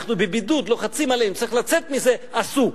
אנחנו בבידוד, לוחצים עלינו, צריך לצאת מזה, עשו.